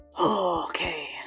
Okay